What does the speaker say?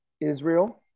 Israel